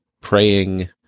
praying